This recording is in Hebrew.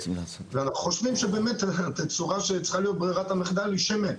אנחנו חושבים שהתצורה שצריכה להיות ברירת המחדל היא שמן.